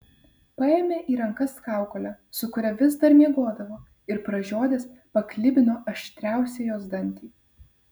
paėmė į rankas kaukolę su kuria vis dar miegodavo ir pražiodęs paklibino aštriausią jos dantį